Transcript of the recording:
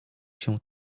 się